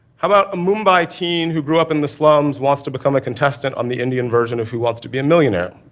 how about a mumbai teen who grew up in the slums wants to become a contestant on the indian version of who wants to be a millionaire?